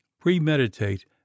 premeditate